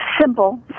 simple